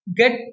get